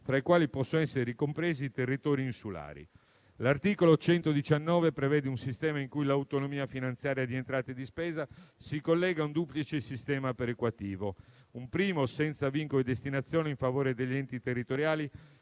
tra i quali possono essere compresi quelli insulari. L'articolo 119 prevede un sistema in cui l'autonomia finanziaria di entrata e di spesa si collega a un duplice sistema perequativo: un primo senza vincolo di destinazione in favore degli enti territoriali